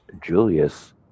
Julius